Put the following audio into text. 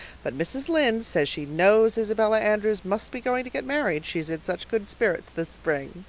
but mrs. lynde says she knows isabella andrews must be going to get married, she's in such good spirits this spring.